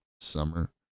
summer